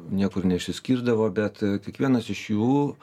niekur neišsiskirdavo bet kiekvienas iš jų